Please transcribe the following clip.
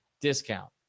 discount